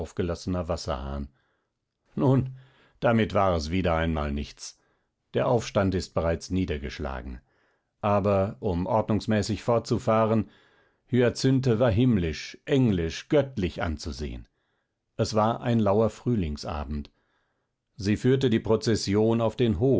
wasserhahn nun damit war es wieder einmal nichts der aufstand ist bereits niedergeschlagen aber um ordnungsmäßig fortzufahren hyacinthe war himmlisch englisch göttlich anzusehen es war ein lauer frühlingsabend sie führte die prozession auf den